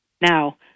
Now